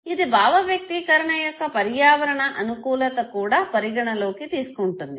ఇది భావ వ్యక్తీకరణ యొక్క పర్యావరణ అనుకూలత కూడా పరిగణలోనికి తీసుకుంటుంది